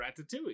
Ratatouille